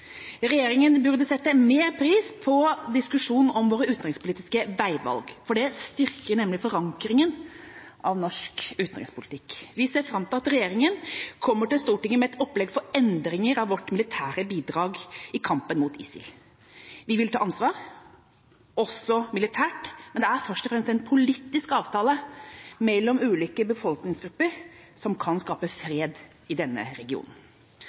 Regjeringa burde sette mer pris på diskusjon om våre utenrikspolitiske veivalg, for det styrker nemlig forankringa av norsk utenrikspolitikk. Vi ser fram til at regjeringa kommer til Stortinget med et opplegg for endringer av vårt militære bidrag i kampen mot ISIL. Vi vil ta ansvar, også militært, men det er først og fremst en politisk avtale mellom ulike befolkningsgrupper som kan skape fred i denne regionen.